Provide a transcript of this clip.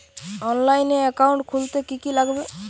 অনলাইনে একাউন্ট খুলতে কি কি লাগবে?